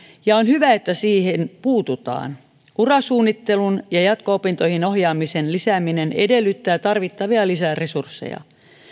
ja on hyvä että siihen puututaan urasuunnittelun ja jatko opintoihin ohjaamisen lisääminen edellyttää tarvittavia lisäresursseja